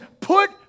put